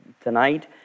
tonight